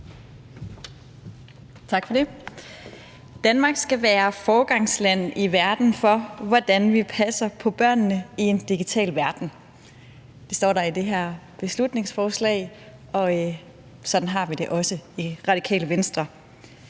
Tak for det. Danmark skal være foregangsland i verden for, hvordan vi passer på børnene i en digital verden. Det står der i det her beslutningsforslag, og sådan har vi det også i Radikale Venstre.